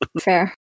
Fair